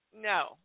No